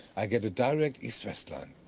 i'll get a direct east-west line.